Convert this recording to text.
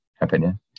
opinion